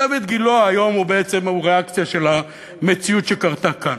דיויד גילה היום הוא בעצם ריאקציה של המציאות שקרתה כאן.